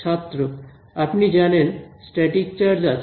ছাত্র আপনি জানেন স্ট্যাটিক চার্জ আছে